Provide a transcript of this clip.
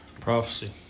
Prophecy